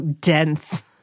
dense